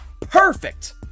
perfect